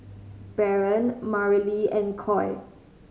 Barron Marilee and Coy